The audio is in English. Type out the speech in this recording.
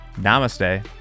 Namaste